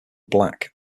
black